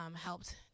helped